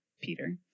peter